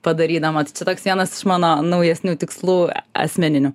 padarydama tai čia toks vienas iš mano naujesnių tikslų asmeninių